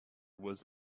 was